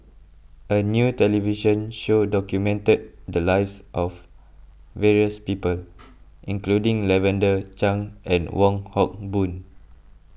a new television show documented the lives of various people including Lavender Chang and Wong Hock Boon